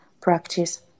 practice